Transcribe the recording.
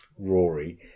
Rory